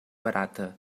barata